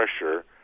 pressure